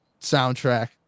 soundtrack